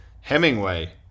Hemingway